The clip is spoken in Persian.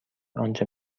آنچه